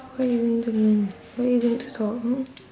what you mean you don't know why you don't want to talk !huh!